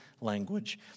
language